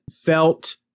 felt